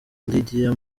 lydia